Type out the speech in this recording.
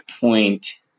point